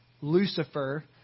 Lucifer